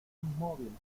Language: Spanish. inmóvil